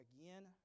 again